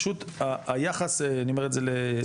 פשוט היחס ואני אומר את זה ללי,